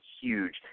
huge